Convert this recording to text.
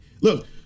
look